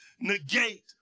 negate